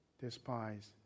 despise